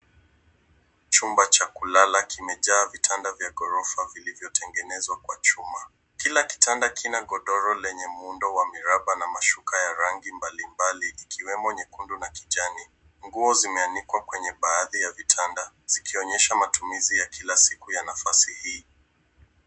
Chumba cha kulala kimejaa vitanda vya ghorofa vilivyotengenezwa kwa chuma. Kila kitanda kina godoro lenye muundo wa miraba na mashuka ya rangi mbalimbali ikiwemo nyekundu na kijani. Nguo zimeanikwa kwenye baadhi ya vitanda, zikionyesha matumizi ya kila siku ya nafasi hii.